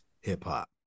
hip-hop